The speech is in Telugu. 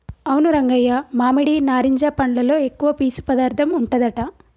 అవును రంగయ్య మామిడి నారింజ పండ్లలో ఎక్కువ పీసు పదార్థం ఉంటదట